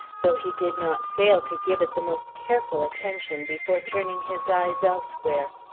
though he did not fail to give it the most careful attention before turning his eyes elsewhere.